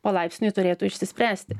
palaipsniui turėtų išsispręsti